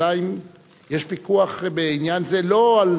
השאלה היא אם יש פיקוח בעניין זה לא על